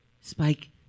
Spike